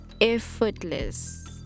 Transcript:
effortless